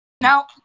Now